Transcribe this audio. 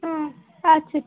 হুম আচ্ছা